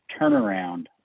turnaround